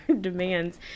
demands